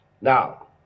Now